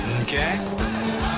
Okay